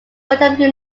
rotherham